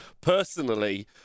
personally